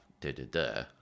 da-da-da